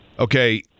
Okay